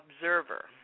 observer